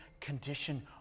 condition